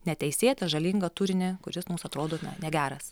neteisėtą žalingą turinį kuris mūms atrodo na negeras